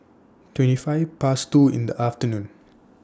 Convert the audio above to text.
twenty five Past two in The afternoon